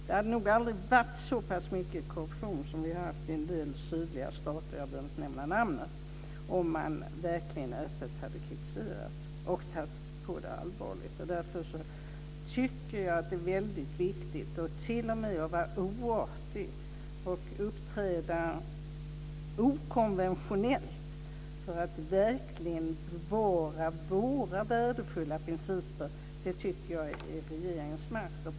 Det hade nog aldrig funnits så mycket korruption i en del sydliga stater - jag behöver inte nämna namnet - om man verkligen hade kritiserat öppet och tagit det allvarligt. Därför är det viktigt att t.o.m. vara oartig och uppträda okonventionellt för att bevara våra värdefulla principer. Det är i regeringens makt.